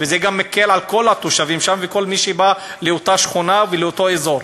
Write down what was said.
זה מקל על כל התושבים שם ועל כל מי שבא לאותה שכונה ולאותו אזור,